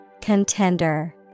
Contender